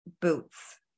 boots